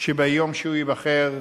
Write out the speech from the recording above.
שביום שהוא ייבחר,